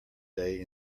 day